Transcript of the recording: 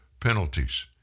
Penalties